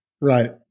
Right